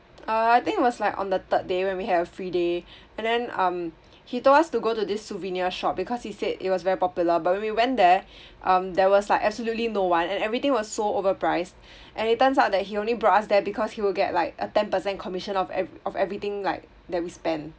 uh I think it was like on the third day when we have a free day and then um he told us to go to this souvenir shop because he said it was very popular but we went there um there was like absolutely no one and everything was so overpriced and it turns out that he only brought us there because he will get like a ten percent commission of eve~ of everything like that we spend